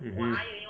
mmhmm